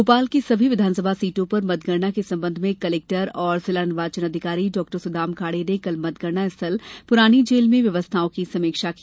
भोपाल की सभी विधानसभा सीटों पर मतगणना के संबंध में कलेक्टर एवं जिला निर्वाचन अधिकारी डॉ सुदाम खाड़े ने कल मतगणना स्थल पुरानी जेल में व्यवस्थाओं की समीक्षा की